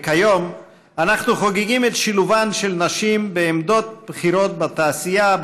וכיום אנחנו חוגגים את שילובן של נשים בעמדות בכירות בתעשייה,